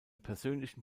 persönlichen